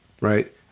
right